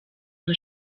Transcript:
nka